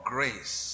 Grace